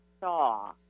saw